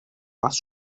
was